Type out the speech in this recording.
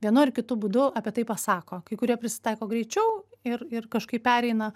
vienu ar kitu būdu apie tai pasako kai kurie prisitaiko greičiau ir ir kažkaip pereina